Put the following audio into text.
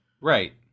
Right